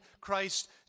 Christ